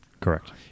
Correct